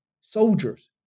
soldiers